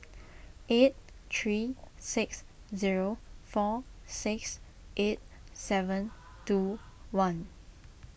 eight three six zero four six eight seven two one